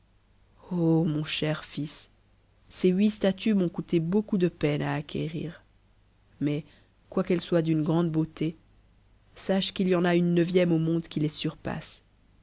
mon cher fils ces huit statues m'ont coûte beaucoup dp peine à acquérir mais quoiqu'elles soient d'une grande beauté sache qu'il y en a une neuvième au monde qui les surpasse